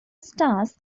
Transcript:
stars